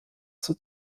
zur